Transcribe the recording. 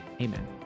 amen